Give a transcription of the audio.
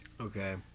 Okay